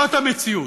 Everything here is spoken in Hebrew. זאת המציאות.